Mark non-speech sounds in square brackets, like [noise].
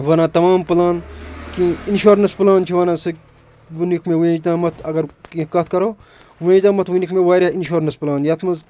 ونان تمام پٕلان کہِ اِنشورنَس پٕلان چھِ ونان سُہ وٕنیُک مےٚ وٕنِکۍ تامَتھ اگر کیٚنہہ کَتھ کرو [unintelligible] ؤنِکھ مےٚ واریاہ اِنشورنَس پٕلان یَتھ منٛز